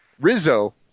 Rizzo